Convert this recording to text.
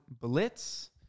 BLITZ